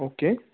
okay